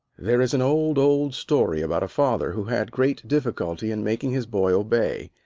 there is an old, old story about a father who had great difficulty in making his boy obey.